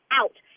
out